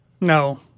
No